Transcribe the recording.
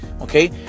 Okay